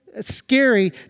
scary